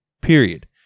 period